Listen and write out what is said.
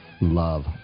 love